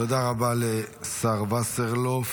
תודה רבה לשר וסרלאוף.